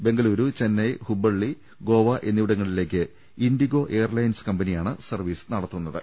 ബെങ്കലൂരു ചെന്നൈ ഹൂബ്ബള്ളിഗോവ എന്നിവിടങ്ങളിലേ ക്ക് IndiGo airlines കമ്പനിയാണ് service നടത്തു ന്നത്